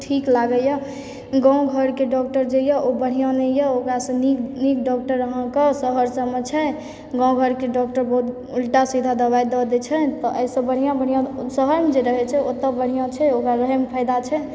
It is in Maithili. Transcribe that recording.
ठीक लागैया गाँव घरके डॉक्टर जे यऽ ओ बढ़िऑं नहि यऽ ओकरा सँ नीक डॉक्टर अहाँके शहर सबमे छै गाँव घरके डॉक्टर बहुत उल्टा सीधा दवाइ दऽ दै छै एहिसँ बढ़िऑं बढ़िऑं शहर मे जे रहै छै ओतए बढ़िऑं छै ओकरा रहै मे फायदा छै